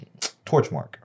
Torchmark